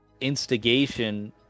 instigation